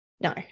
No